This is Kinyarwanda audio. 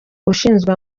ushinzwe